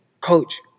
coach